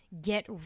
get